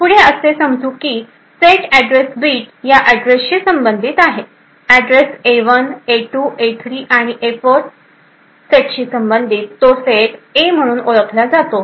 पुढे असे समजू की सेट अॅड्रेस बिट या अॅड्रेसशी संबंधित आहेअॅड्रेसए 1 ए 2 ए 3आणि ए 4 सेटशी संबंधित तो सेट म्हणून ओळखला जातो